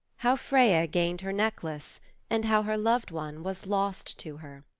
how freya gained her necklace and how her loved one was lost to her